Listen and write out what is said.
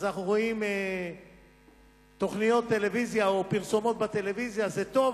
אז אנחנו רואים תוכניות טלוויזיה או פרסומות בטלוויזיה: זה טוב,